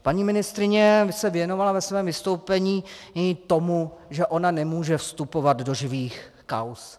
Paní ministryně se věnovala ve svém vystoupení i tomu, že ona nemůže vstupovat do živých kauz.